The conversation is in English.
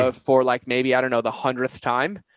ah for like maybe, i don't know, the hundredth time.